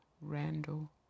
Randall